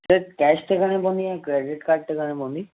सेठ कैश ते घणे पवंदी या क्रेडिट कार्ड ते घणे पवंदी